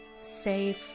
safe